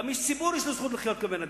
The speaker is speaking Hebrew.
גם לאיש ציבור יש זכות לחיות כבן-אדם.